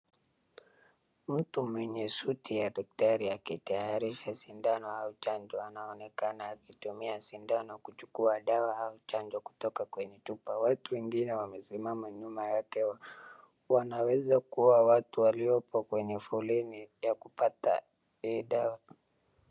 Mtu mwenye suti ya daktari akitayarisha sindano au chanjo anaonekana akitumia sindano kuchukuwa dawa au chanjo kutoka kwenye chupa. Watu wengine wamesimama nyumba yake wanaweza kuwa watu waliopo kwenye foleni ya kupata hii dawa.